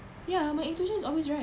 ya my intuition is always right